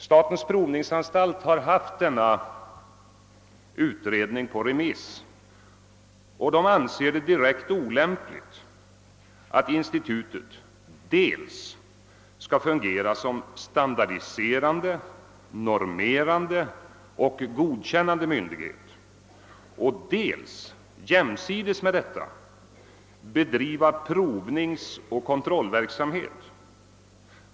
: Statens provningsanstalt har haft denna utredning på remiss, och den anser det direkt olämpligt att institutet dels skall fungera som standardiserande, normerande och godkännande myn dighet, dels jämsides med detta bedriva provningsoch kontrollverksamhet.